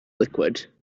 liquid